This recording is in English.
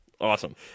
awesome